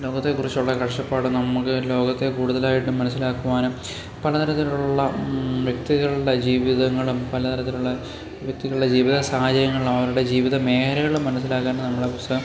ലോകത്തെക്കുറിച്ചുള്ള കാഴ്ച്ചപ്പാട് നമ്മള്ക്ക് ലോകത്തെ കൂടുതലായിട്ടും മനസ്സിലാക്കുവാനും പലതരത്തിലുള്ള വ്യക്തികളുടെ ജീവിതങ്ങളും പലതരത്തിലുള്ളെ വ്യക്തികളുടെ ജീവിത സാഹചര്യങ്ങളും അവരുടെ ജീവിത മേഖലകളും മനസ്സിലാക്കാനും നമ്മളെ പുസ്തകം